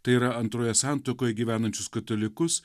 tai yra antroje santuokoj gyvenančius katalikus